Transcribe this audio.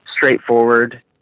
straightforward